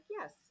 yes